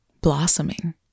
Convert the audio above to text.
blossoming